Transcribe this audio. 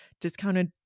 discounted